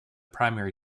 primary